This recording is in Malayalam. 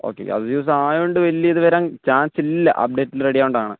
ഓക്കേ അസൂസായതുകൊണ്ട് വലിയ ഇതുവരാൻ ചാൻസില്ല അപ്ഡേറ്റില് റെഡിയാകേണ്ടതാണ്